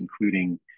including